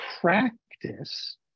practice